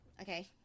Okay